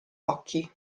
occhi